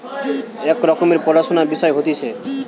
এক রকমের পড়াশুনার বিষয় হতিছে